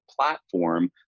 platform